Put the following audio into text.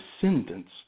descendants